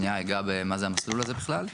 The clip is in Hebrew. שניה אגע במה זה המסלול הזה בכלל.